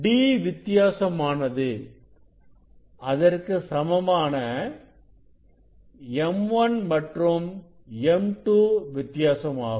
D வித்தியாசமானது அதற்கு சமமான m1 மற்றும் m2 வித்தியாசமாகும்